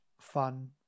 fun